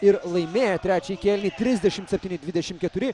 ir laimėję trečiąją kėlinį trisdešim septyni dvidešim keturi